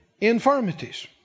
infirmities